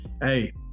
hey